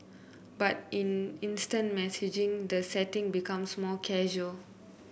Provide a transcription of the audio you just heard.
but in instant messaging the setting becomes more casual